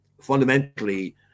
fundamentally